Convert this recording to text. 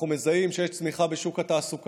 אנחנו מזהים שיש צמיחה של 3% בשוק התעסוקה.